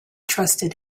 trusted